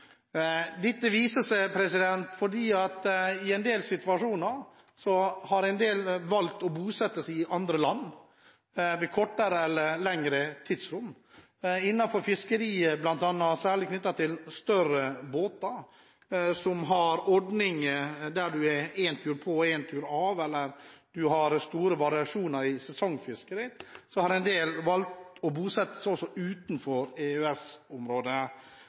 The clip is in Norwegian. Dette har vist seg ved at en del i noen situasjoner i kortere eller lengre tidsrom har valgt å bosette seg i andre land. Særlig innenfor fiskeriet bl.a. knyttet til større båter som har ordninger der man er en tur på og en tur av, eller man har store variasjoner i sesongfiskeriet, har en del også valgt å bosette seg utenfor